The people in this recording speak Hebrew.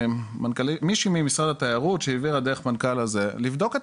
מישהי ממשרד התיירות שהעבירה דרך מנכ"ל לבדוק את